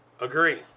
Agree